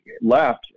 left